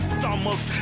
summers